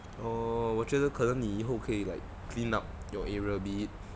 oh 我觉得可能你以后可以 like clean up your area a bit